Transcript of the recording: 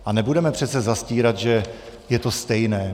A nebudeme přece zastírat, že je to stejné.